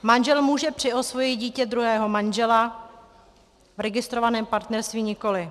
Manžel může přiosvojit dítě druhého manžela, v registrovaném partnerství nikoli.